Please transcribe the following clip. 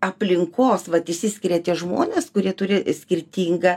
aplinkos vat išsiskiria tie žmonės kurie turi skirtingą